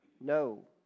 No